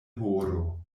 horo